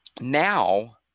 now